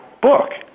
book